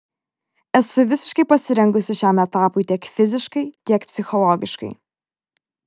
esu visiškai pasirengusi šiam etapui tiek fiziškai tiek psichologiškai